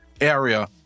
area